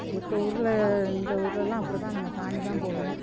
எங்கள் ஊரில் இந்த ஊரிலலாம் அப்படிதான் நாங்கள் சாணி தான் போடுவோம்